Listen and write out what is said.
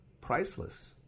Priceless